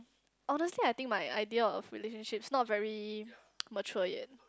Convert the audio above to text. honestly I think my idea of relationship is not very mature yet